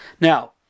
Now